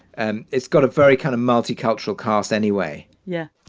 and it's got a very kind of multicultural cast anyway. yeah